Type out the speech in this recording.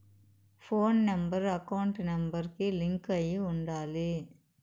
పోను number account number కి link అయ్యి ఉండాలి